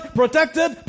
protected